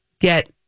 get